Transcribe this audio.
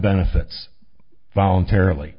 benefits voluntarily